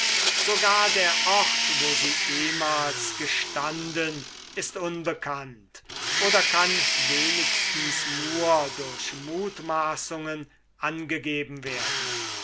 sogar der ort wo sie ehmals gestanden ist unbekannt oder kann wenigstens nur durch mutmaßungen angegeben werden